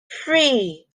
three